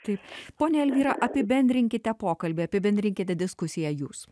taip ponia elvyra apibendrinkite pokalbį apibendrinkite diskusiją jūs